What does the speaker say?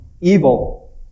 evil